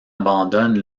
abandonne